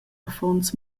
affons